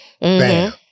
Bam